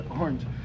Orange